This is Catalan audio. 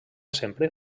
sempre